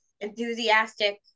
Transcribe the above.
enthusiastic